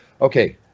Okay